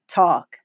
talk